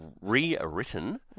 rewritten